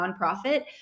nonprofit